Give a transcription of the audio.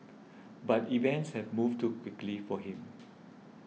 but events have moved too quickly for him